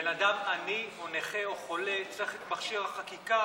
בן אדם עני או נכה או חולה צריך את מכשיר החקיקה,